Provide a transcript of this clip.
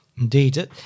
Indeed